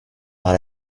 par